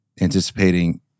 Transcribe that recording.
anticipating